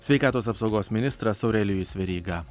sveikatos apsaugos ministras aurelijus veryga